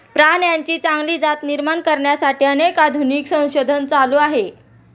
प्राण्यांची चांगली जात निर्माण करण्यासाठी अनेक आधुनिक संशोधन चालू आहे